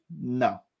no